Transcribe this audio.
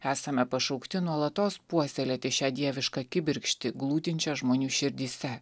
esame pašaukti nuolatos puoselėti šią dievišką kibirkštį glūdinčią žmonių širdyse